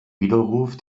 widerruf